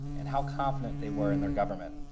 and how confident they were in their government.